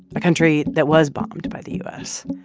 a country that was bombed by the u s.